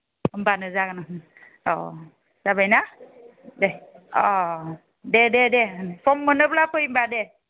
होमब्लानो जागोन औ जाबायना दे अ दे दे दे सम मोनोब्ला फै होमब्ला दे